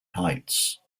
heights